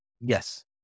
yes